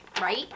right